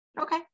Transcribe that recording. Okay